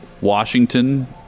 Washington